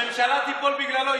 הממשלה תיפול בגללו.